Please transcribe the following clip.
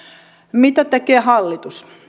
mitä tekee hallitus